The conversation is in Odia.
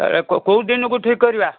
କେଉଁ ଦିନକୁ ଠିକ୍ କରିବା